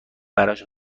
براش